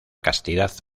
castidad